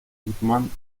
guzmán